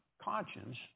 conscience